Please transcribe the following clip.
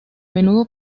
menudo